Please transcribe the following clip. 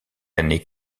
année